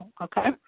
Okay